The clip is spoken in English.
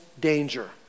danger